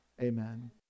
amen